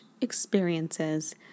experiences